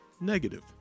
negative